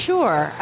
Sure